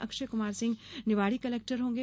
Akshay Kumar Singh Niwari collector होंगे